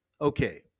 Okay